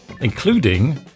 including